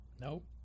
Nope